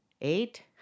eight